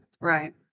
Right